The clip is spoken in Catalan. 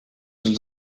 els